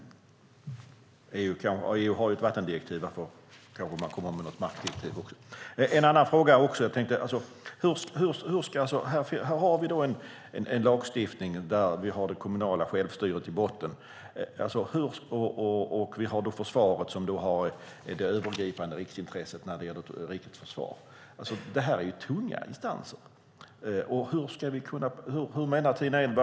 EU har ett vattendirektiv, och man får kanske komma med något markdirektiv också. En annan fråga gäller den lagstiftning vi har med det kommunala självstyret i botten och försvaret som har det övergripande riksintresset när det gäller rikets försvar. Det här är tunga instanser. Hur menar Tina Ehn?